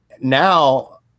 Now